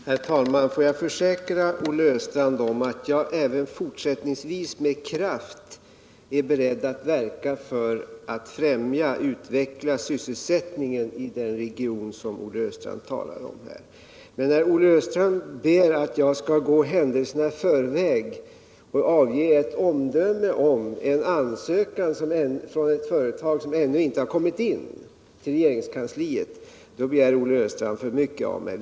Herr talman! Får jag försäkra Olle Östrand om att jag även fortsättningsvis med kraft är beredd att verka för att främja och utveckla sysselsättningen i den region som Olle Östrand talar om. Men när Olle Östrand ber att jag skall gå händelserna i förväg och avge ett omdöme om en ansökan från ett företag som ännu inte har kommit in till regeringskansliet, så begär han för mycket av mig.